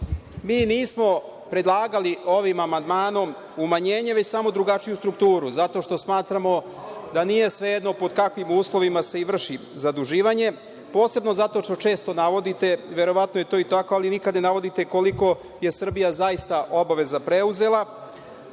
mi nismo predlagali ovim amandmanom umanjenje, već samo drugačiju strukturu, zato što smatramo da nije svejedno pod kakvim uslovima se i vrši zaduživanje, posebno zato što često navodite, verovatno je to i tako, ali nikad ne navodite koliko je Srbija zaista obaveza preuzela